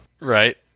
Right